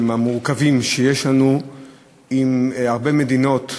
המורכבים שיש לנו עם הרבה מדינות באירופה,